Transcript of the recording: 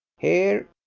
here,